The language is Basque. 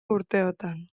urteotan